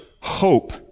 Hope